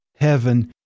heaven